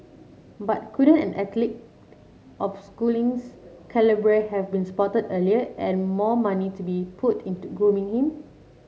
but couldn't an athlete of Schooling's calibre have been spotted earlier and more money to be put into grooming him